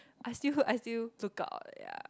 I still I still look out ya